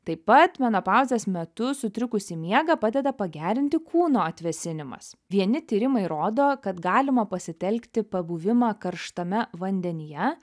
taip pat menopauzės metu sutrikusį miegą padeda pagerinti kūno atvėsinimas vieni tyrimai rodo kad galima pasitelkti pabuvimą karštame vandenyje